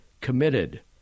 committed